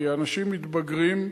כי אנשים מתבגרים,